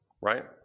right